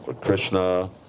Krishna